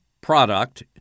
product